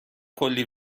کلی